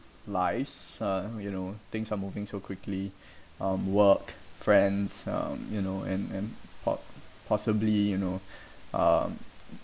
lives um you know things are moving so quickly um work friends um you know and and po~ possibly you know(um)